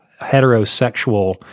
heterosexual